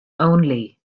only